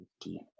deep